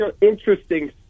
interesting